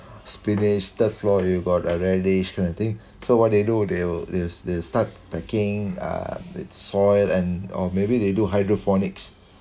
spinach third floor you got uh radish kind of thing so what they do they will they will they will start packing uh that soil and or maybe they do hydroponics